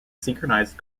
synchronized